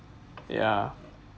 yeah